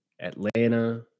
Atlanta